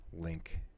link